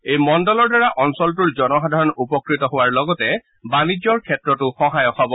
এই মণ্ডলৰ দ্বাৰা অঞ্চলটোৰ জনসাধাৰণ উপকৃত হোৱাৰ লগতে বাণিজ্যৰ ক্ষেত্ৰতো সহায়ক হ'ব